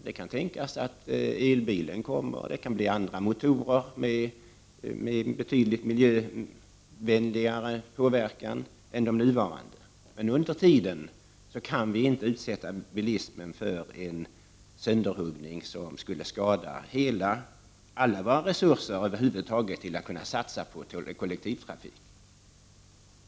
Det kan tänkas att elbilen kommer, och det kan bli andra motorer, som är betydligt miljövänligare än de som vi nu har. Men under tiden kan vi inte utsätta bilismen för en sönderhuggning, som skulle skada alla våra resurser över huvud taget för satsning på kollektivtrafik.